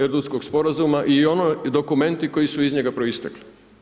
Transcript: Erdutskog sporazuma i oni dokumenti koji su iz njega proistekli.